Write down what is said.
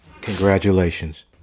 Congratulations